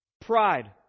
Pride